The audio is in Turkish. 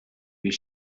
bir